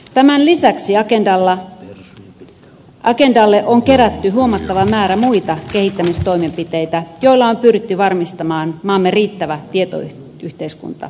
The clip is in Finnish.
tämän lisäksi agendalle on kerätty huomattava määrä muita kehittämis toimenpiteitä joilla on pyritty varmistamaan maamme riittävä tietoyhteiskuntakehitys